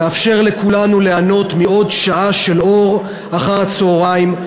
לאפשר לכולנו ליהנות מעוד שעה של אור אחר הצהריים.